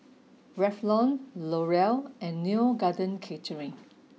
Revlon L'Oreal and Neo Garden Catering